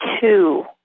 two